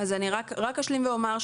אז אני רק אשלים ואומר,